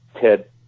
Ted